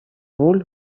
роль